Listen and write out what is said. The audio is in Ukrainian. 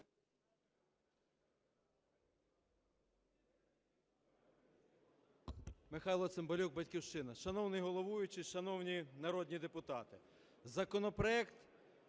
Михайло Цимбалюк, "Батьківщина". Шановний головуючий, шановні народні депутати!